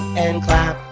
and clap,